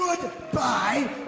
Goodbye